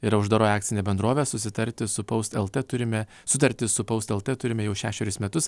ir uždaroji akcinė bendrovė susitarti su paus lt turime sutartis su paust lt turime jau šešerius metus